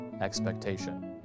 expectation